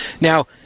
Now